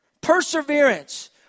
Perseverance